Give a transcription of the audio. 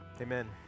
Amen